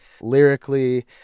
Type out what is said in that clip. lyrically